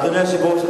אדוני היושב-ראש,